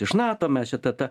iš nato mes čia ta ta